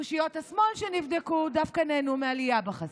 אושיות השמאל שנבדקו דווקא נהנו מעלייה בחשיפה.